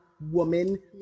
woman